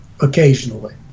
occasionally